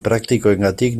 praktikoengatik